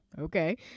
Okay